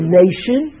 nation